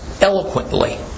eloquently